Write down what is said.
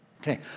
Okay